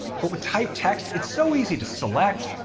but with typed text it's so easy to select,